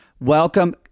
Welcome